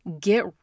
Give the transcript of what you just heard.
get